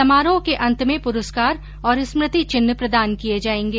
समारोह के अंत में पुरस्कार और स्मृति चिन्ह प्रदान किये जायेंगे